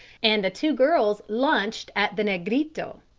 and the two girls lunched at the negrito.